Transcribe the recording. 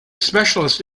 specialist